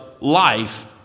life